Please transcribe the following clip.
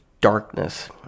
darkness